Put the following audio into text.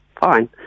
fine